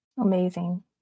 Amazing